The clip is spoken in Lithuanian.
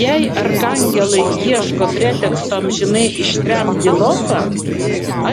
jei arkangelai ieško preteksto amžinai ištremti lopą